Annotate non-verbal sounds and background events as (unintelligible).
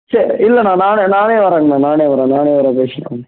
சே இல்லைண்ணா நானே நானே வரங்கணா நானே வரன் நானே வரன் (unintelligible)